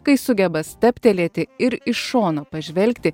kai sugeba stabtelėti ir iš šono pažvelgti